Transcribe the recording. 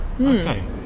okay